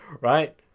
Right